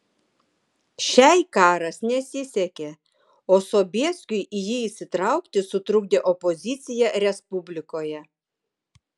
šiai karas nesisekė o sobieskiui į jį įsitraukti sutrukdė opozicija respublikoje